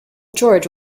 george